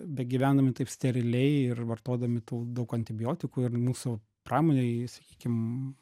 begyvendami taip steriliai ir vartodami tų daug antibiotikų ir mūsų pramonėj sakykim